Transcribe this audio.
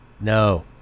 No